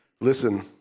Listen